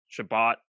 Shabbat